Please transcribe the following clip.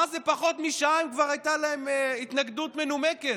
תוך פחות משעה כבר הייתה להם התנגדות מנומקת.